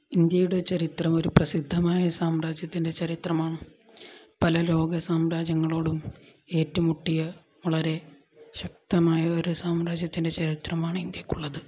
ഇന്ത്യയുടെ ചരിത്രം ഒരു പ്രസിദ്ധമായ സാമ്രാജ്യത്തിൻ്റെ ചരിത്രമാണ് പല ലോക സാമ്രാജ്യങ്ങളോടും ഏറ്റുമുട്ടിയ വളരെ ശക്തമായ ഒരു സാമ്രാജ്യത്തിൻ്റെ ചരിത്രമാണ് ഇന്ത്യക്കുള്ളത്